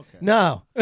No